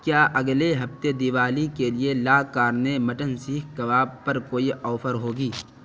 کیا اگلے ہفتے دیوالی کے لیے La Carne mutton seekh kebab پر کوئی آفر ہوگی